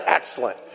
excellent